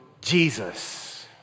Jesus